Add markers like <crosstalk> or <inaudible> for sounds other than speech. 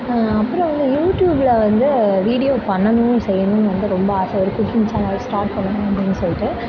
அப்றம் வந்து யூடியூபில் வந்து வீடியோ பண்ணணும் செய்யணும்னு வந்து ரொம்ப ஆசை இருக்குது குக்கிங் சேனல் ஸ்டார்ட் பண்ணணும்னு <unintelligible> சொல்லிட்டு